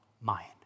mind